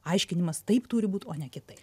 aiškinimas taip turi būt o ne kitaip